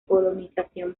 colonización